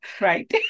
Right